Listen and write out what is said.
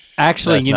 actually, yeah